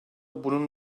bunun